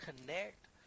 connect